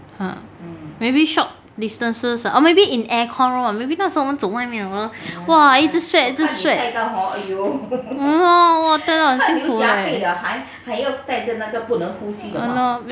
!huh! maybe short distances or maybe in aircon room maybe 那时候我们走外面 hor !wah! 一直 sweat 一直 sweat !hannor! 带到很辛苦诶